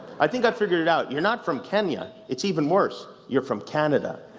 i think i've figured out, you're not from kenya. it's even worse. you're from canada.